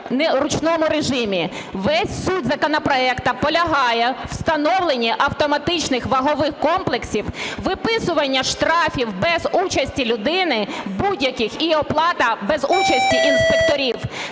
Вся суть законопроекту полягає у встановленні автоматичних вагових комплексів, виписування штрафів без участі людини будь-яких і оплата без участі інспекторів.